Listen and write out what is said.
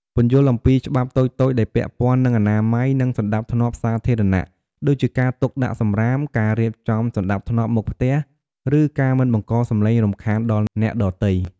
ពន្យល់អំពីច្បាប់តូចៗដែលពាក់ព័ន្ធនឹង អនាម័យ និងសណ្ដាប់ធ្នាប់សាធារណៈ ដូចជាការទុកដាក់សំរាម ការរៀបចំសណ្តាប់ធ្នាប់មុខផ្ទះ ឬការមិនបង្កសំឡេងរំខានដល់អ្នកដទៃ។